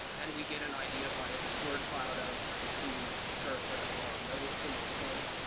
and we get an idea via this word cloud ah of kind of who served for how long. notice kim il-sung,